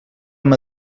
amb